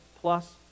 plus